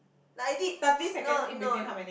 like I did no no